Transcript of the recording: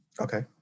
Okay